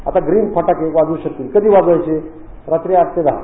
आता ग्रीन फटाके वाजव् शकतील कधी वाजवायचे आठ ते दहा